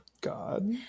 God